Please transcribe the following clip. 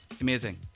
Amazing